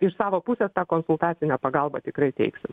iš savo pusės tą konsultacinę pagalbą tikrai teiksim